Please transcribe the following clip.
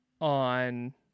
on